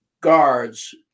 guards